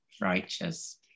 righteous